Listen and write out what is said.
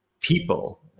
people